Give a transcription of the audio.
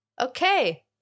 okay